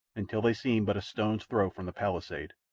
until they seemed but a stone's throw from the palisade.